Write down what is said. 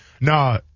No